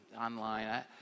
online